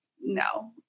no